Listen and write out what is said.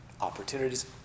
opportunities